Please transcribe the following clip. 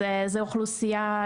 אז זה אוכלוסייה,